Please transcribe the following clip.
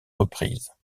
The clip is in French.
reprises